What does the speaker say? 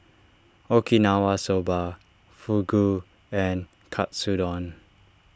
Okinawa Soba Fugu and Katsudon